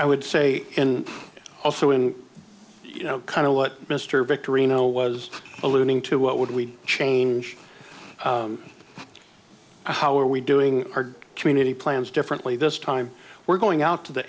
i would say and also in you know kind of what mr victory no was alluding to what would we change how are we doing our community plans differently this time we're going out to the